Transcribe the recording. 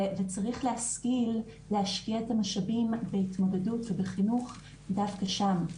וצריך להשכיל להשקיע את המשאבים בהתמודדות ובחינוך דווקא שם.